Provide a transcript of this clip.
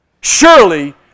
surely